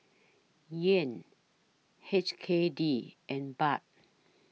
Yuan H K D and Baht